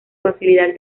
facilidad